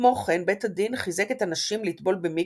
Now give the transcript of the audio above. כמו כן, בית הדין חיזק את הנשים לטבול במקווה